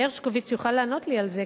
הרשקוביץ יוכל לענות לי על זה,